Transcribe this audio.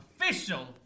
official